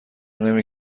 نمی